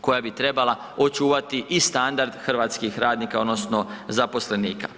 koja bi trebala očuvati i standard hrvatskih radnika odnosno zaposlenika.